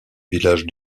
village